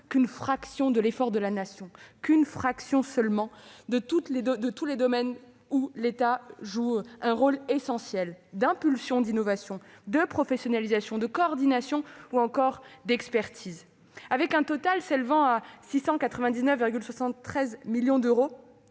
qu'une fraction de l'effort de la Nation, une fraction de tous les domaines dans lesquels l'État joue un rôle essentiel d'impulsion, d'innovation, de professionnalisation, de coordination et d'expertise. Avec un total s'élevant à 699,73 millions d'euros